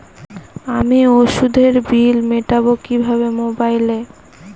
আমি ওষুধের বিল মেটাব কিভাবে মোবাইলে?